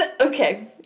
Okay